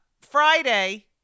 Friday